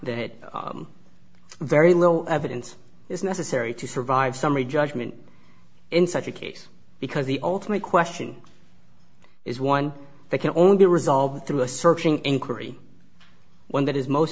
that very little evidence is necessary to survive summary judgment in such a case because the ultimate question is one that can only be resolved through a searching inquiry one that is most